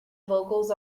vocals